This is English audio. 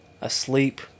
asleep